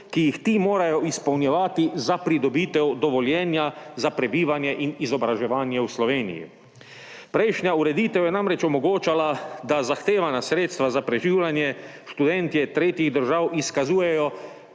ki jih ti morajo izpolnjevati za pridobitev dovoljenja za prebivanje in izobraževanje v Sloveniji. Prejšnja ureditev je namreč omogočala, da zahtevana sredstva za preživljanje študentje tretjih držav izkazujejo